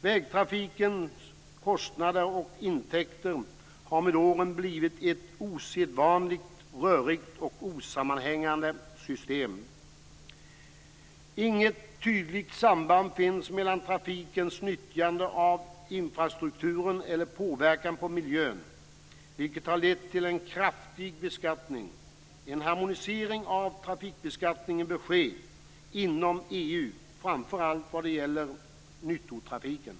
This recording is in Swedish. Vägtrafikens kostnader och intäkter har med åren blivit ett osedvanligt rörigt och osammanhängande system. Inget tydligt samband finns mellan trafikens nyttjande av infrastrukturen och påvekan på miljön, vilket har lett till en kraftig beskattning. En harmonisering av trafikbeskattningen bör ske inom EU, framför allt vad avser nyttotrafiken.